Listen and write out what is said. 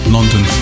London